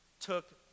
took